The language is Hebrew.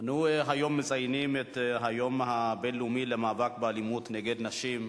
אנחנו מציינים היום את היום הבין-לאומי למאבק באלימות נגד נשים.